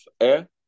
air